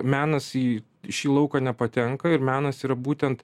menas į šį lauką nepatenka ir menas yra būtent